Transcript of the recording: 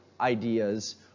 ideas